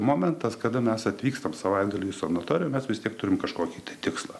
momentas kada mes atvykstam savaitgaliui į sanatoriją mes vis tiek turim kažkokį tai tikslą